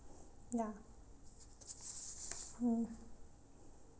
ya mm